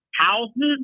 houses